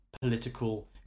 political